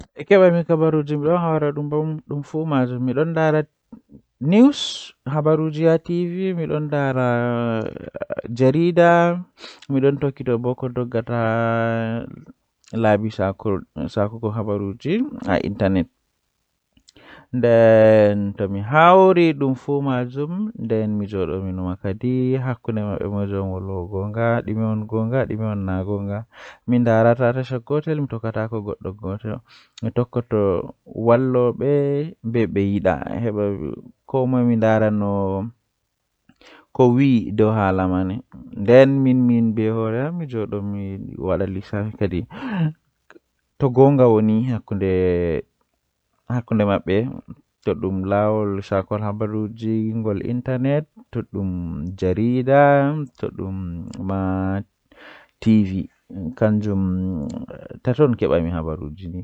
Kuugal jei mi ɓurɗaa yiɗuki haa rayuwa am Event ɗiɗi ko mi waɗi fi goɗɗum ngam heɓi ndiyam, mi waɗi nder ɗum sabu o yiɗi ko fi. Ko waɗi faama sabu o waɗi jaangol e ɓe njogii no feewi, waɗde nder konngol ngal mi yiɗi waɗde